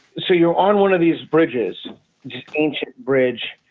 so you're on one of these bridges. this ancient bridge.